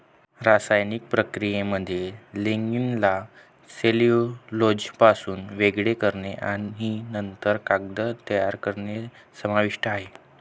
रासायनिक प्रक्रियेमध्ये लिग्निनला सेल्युलोजपासून वेगळे करणे आणि नंतर कागद तयार करणे समाविष्ट आहे